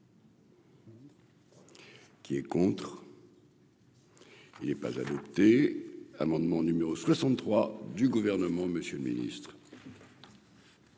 Qui est contre. Il est pas adopté amendement numéro 63 du gouvernement Monsieur le Ministre.